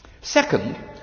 Second